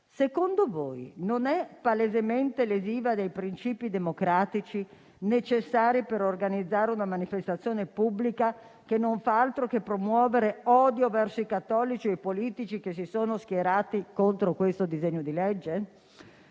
secondo voi non è palesemente lesivo dei principi democratici necessari per organizzare una manifestazione pubblica, che non fa altro che promuovere odio verso i cattolici e i politici che si sono schierati contro questo disegno di legge?